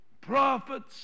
Prophets